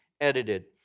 edited